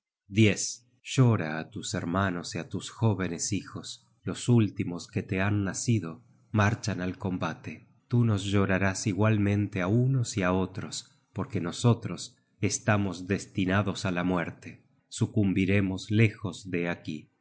llora á tus hermanos y á tus jóvenes hijos los últimos que te han nacido marchan al combate tú nos llorarás igualmente á unos y á otros porque nosotros estamos destinados á la muerte sucumbiremos lejos de aquí